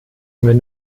wenn